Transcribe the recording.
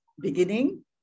beginning